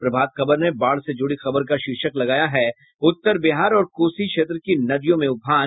प्रभात खबर ने बाढ़ से जुड़ी खबर का शीर्षक लगाया है उत्तर बिहार और कोसी क्षेत्र की नदियों में उफान